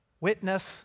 witness